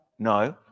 No